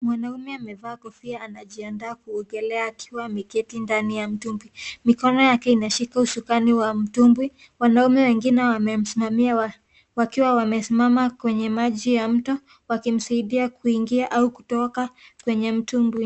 Mwanaume amevaa kofia akiwa anajiandaa kuogelea akiwa ndani ya mtungi mkono wake inashika ushukani wa mtumbwi wanaume wengine wamemsimamia wakiwa wamesimama kwenye maji ya mto wakimsaidia kuingia au kutoka kwenye mtumbwi.